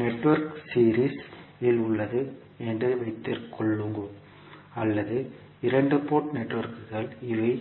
network series இல் உள்ளது என்று வைத்துக்கொள்வோம் அதாவது இரண்டு போர்ட் நெட்வொர்க்குகள் இவை